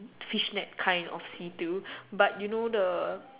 fishnet kind of see through but you know the